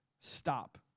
Stop